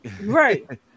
right